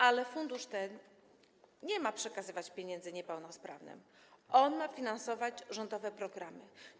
Ale fundusz ten nie ma przekazywać pieniędzy niepełnosprawnym, on ma finansować programy rządowe.